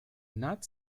not